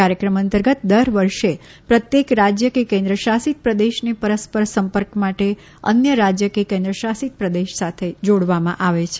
કાર્યક્રમ અંતર્ગત દર વર્ષે પ્રત્યેક રાજ્ય કે કેન્દ્રિત શાસિત પ્રદેશને પરસ્પર સંપર્ક માટે અન્ય રાજ્ય કે કેન્દ્રશાસિત પ્રદેશ સાથે જોડવામાં આવશે